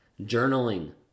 journaling